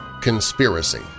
conspiracy